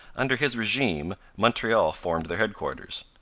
under his regime montreal formed their headquarters.